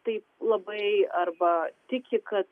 taip labai arba tiki kad